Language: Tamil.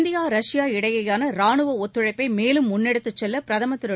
இந்தியா ரஷ்யா இடையேயான ராணுவ ஒத்துழைப்பை மேலும் முன்னெடுத்துச் செல்ல பிரதமர் திரு